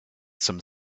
some